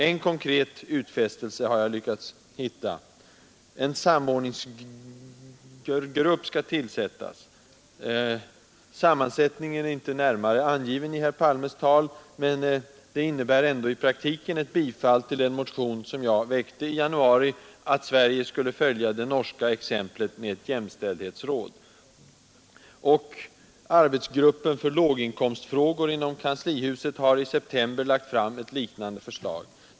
En konkret utfästelse har jag lyckats hitta — en samordningsgrupp skal. tillsättas. Sammansättningen är inte närmare angiven i herr Palmes tal, men det innebär ändå i praktiken bifall till en motion som jag väckte i januari, om att Sverige skulle följa det norska exemplet med ett jämställdhetsråd. Arbetsgruppen för låginkomstfrågor har i september lagt fram ett liknande förslag.